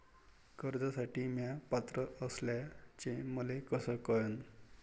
कर्जसाठी म्या पात्र असल्याचे मले कस कळन?